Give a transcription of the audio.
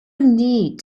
need